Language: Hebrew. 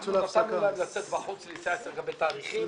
נתנו להם לצאת החוצה כדי להתייעץ לגבי תאריכים.